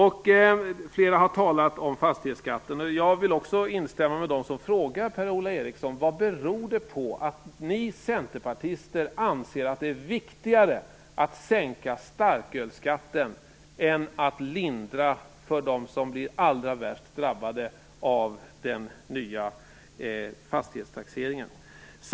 Flera har talat om fastighetsskatten. Jag instämmer med dem som till Per-Ola Eriksson ställer frågan: Vad beror det på att ni centerpartister anser att det är viktigare att sänka starkölsskatten än att lindra för dem som allra värst drabbas av den nya fastighetstaxeringen?